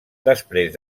després